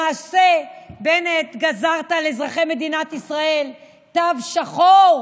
למעשה, בנט, גזרת על אזרחי מדינת ישראל תו שחור.